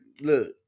look